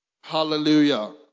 Hallelujah